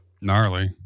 gnarly